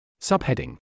Subheading